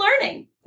learning